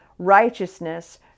Righteousness